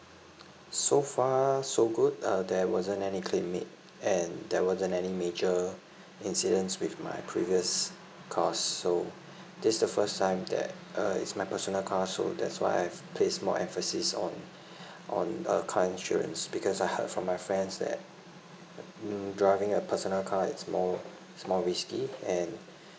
so far so good err there wasn't any claim made and there wasn't any major incidents with my previous cars so this is the first time that uh is my personal car so that's why I've placed more emphasis on on a car insurance because I heard from my friends that um driving a personal car is more is more risky and